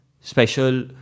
special